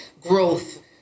growth